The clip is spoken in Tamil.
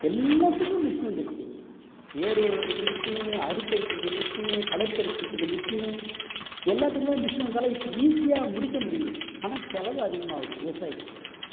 எல்லாத்துக்கும் மிஷின் வந்துடுச்சு ஏறு உழுறதுக்கு மிஷினு அருப்ப அறுக்கறதுக்கு மிஷினு களை பறிக்கறதுக்கு மிஸுனு எல்லாத்துக்குமே மிஷின் வந்தாலே இப்போ ஈஸியாக முடிக்க முடியுது ஆனால் செலவு அதிகமாகுது விவசாயிக்கு